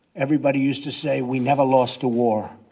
everybody used to say, we never lost a war.